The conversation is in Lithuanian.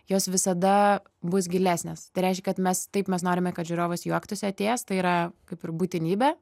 jos visada bus gilesnės tai reiškia kad mes taip mes norime kad žiūrovas juoktųsi atėjęs tai yra kaip ir būtinybė